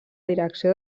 direcció